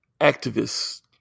activists